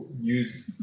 use